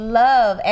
love